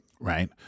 right